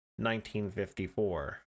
1954